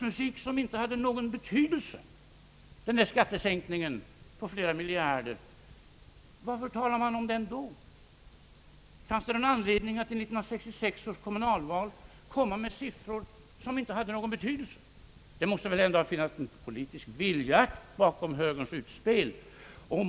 Om herr Holmbergs skattesänkning på flera miljarder utgjorde en framtidsmusik som inte hade någon betydelse, varför nämner han den då? Fanns det någon anledning att i 1966 års kommunalval komma med siffror som inte hade någon betydelse? Det måste väl ändå ha funnits en politisk vilja bakom högerns utspel.